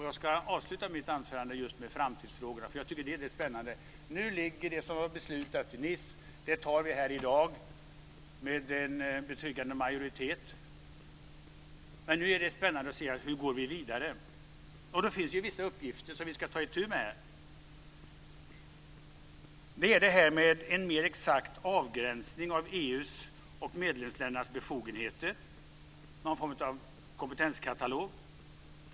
Jag ska avsluta mitt anförande just med framtidsfrågorna, därför att jag tycker att det är det som är spännande. Nu föreligger det som har beslutats i Nice. Det antar vi här i dag med en betryggande majoritet. Men det som är spännande nu är hur vi går vidare. Det finns vissa uppgifter som vi ska ta itu med. Det är en mer exakt avgränsning av EU:s och medlemsländernas befogenheter, någon form av kompetenskatalog.